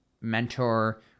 mentor